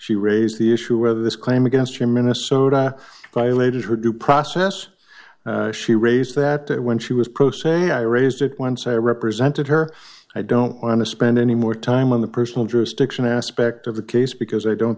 she raised the issue whether this claim against your minnesota violated her due process she raised that when she was pro se i raised it once i represented her i don't want to spend any more time on the personal jurisdiction aspect of the case because i don't